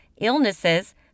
illnesses